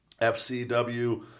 FCW